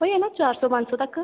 इयै चार सौ पंज सौ तक्क